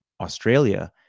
Australia